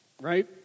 right